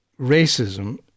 racism